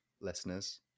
listeners